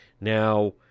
now